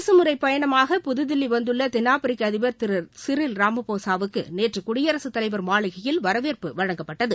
அரசு முறைப்பயணமாக புதுதில்லி வந்துள்ள தென்னாப்பிரிக்க அதிபர் திரு சிரில் ராமபோசாவுக்கு நேற்று குடியரசு தலைவர் மாளிகையில் வரவேற்பு வழங்கப்பட்டது